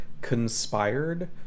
conspired